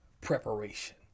preparation